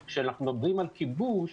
כשאנחנו מדברים על כיבוש,